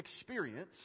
experience